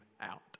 out